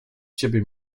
ciebie